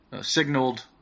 signaled